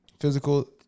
physical